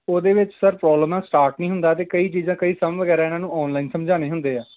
ਉਹਦੇ ਵਿੱਚ sir problem ਆ ਸਟਾਰਟ ਨਹੀਂ ਹੁੰਦਾ ਅਤੇ ਕਈ ਚੀਜ਼ਾਂ ਕਈ ਸਮ ਵਗੈਰਾ ਇਹਨਾਂ ਨੂੰ ਔਨਲਾਈਨ ਸਮਝਾਉਣੇ ਹੁੰਦੇ ਹੈ